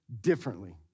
differently